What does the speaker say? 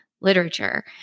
Literature